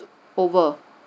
over